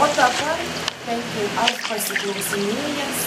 o dabar bent jau aš pasiklausinėjęs